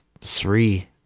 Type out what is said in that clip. three